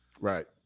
Right